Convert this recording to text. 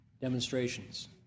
demonstrations